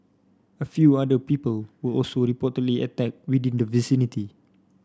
a few other people were also reportedly attacked within the vicinity